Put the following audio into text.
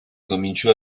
cominciò